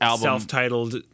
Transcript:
self-titled